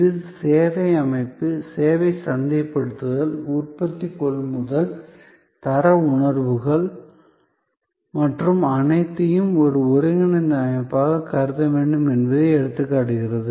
இது சேவை அமைப்பு சேவை சந்தைப்படுத்தல் உற்பத்தி கொள்முதல் தர உணர்வுகள் மற்றும் அனைத்தையும் ஒரு ஒருங்கிணைந்த அமைப்பாக கருத வேண்டும் என்பதை எடுத்துக்காட்டுகிறது